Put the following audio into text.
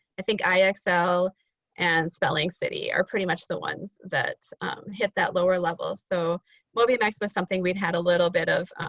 i think ixl ah so and spelling city are pretty much the ones that hit that lower level. so mobymax was something we'd had a little bit of